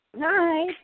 hi